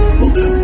welcome